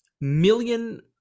million